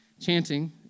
Chanting